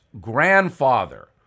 grandfather